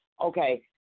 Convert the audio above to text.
okay